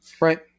Right